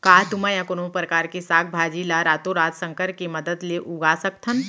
का तुमा या कोनो परकार के साग भाजी ला रातोरात संकर के मदद ले उगा सकथन?